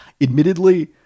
Admittedly